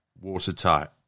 watertight